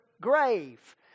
grave